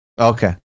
Okay